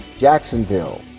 Jacksonville